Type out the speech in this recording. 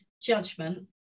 judgment